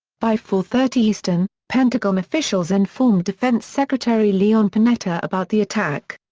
by four thirty eastern, pentagon officials informed defense secretary leon panetta about the attack.